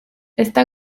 está